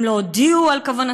הם לא הודיעו על כוונתם,